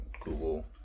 Google